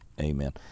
Amen